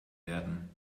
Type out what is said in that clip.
werden